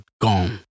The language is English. gone